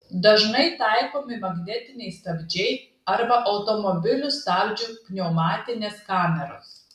dažnai taikomi magnetiniai stabdžiai arba automobilių stabdžių pneumatinės kameros